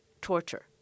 Torture